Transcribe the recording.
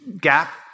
gap